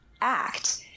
act